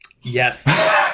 Yes